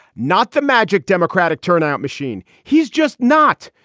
not the magic democratic turnout machine. he's just not.